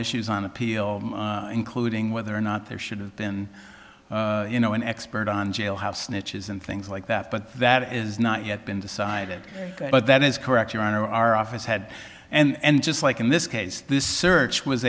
issues on appeal including whether or not there should have been you know an expert on jailhouse snitches and things like that but that is not yet been decided but that is correct your honor our office had and just like in this case this search was